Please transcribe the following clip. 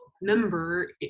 member